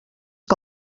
que